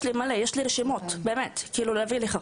יש לי רשימות של אנשים להביא לך.